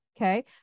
okay